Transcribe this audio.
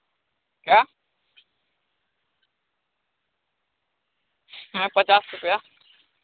क्या हाँ पचास रुपैया